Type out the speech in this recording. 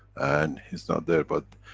and he's not there, but